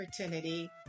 opportunity